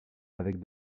avec